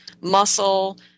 muscle